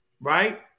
right